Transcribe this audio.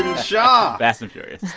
and shaw. fast and furious.